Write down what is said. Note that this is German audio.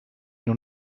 nur